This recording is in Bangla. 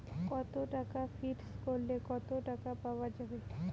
কত টাকা ফিক্সড করিলে কত টাকা পাওয়া যাবে?